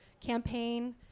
campaign